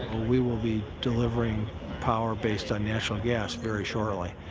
we will be delivering power based on natural gas very shortly.